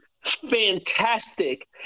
fantastic